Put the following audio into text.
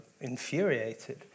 infuriated